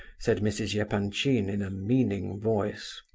said mrs. yeah epanchin, in a meaning voice.